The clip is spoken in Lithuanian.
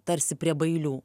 tarsi prie bailių